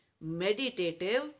meditative